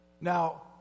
Now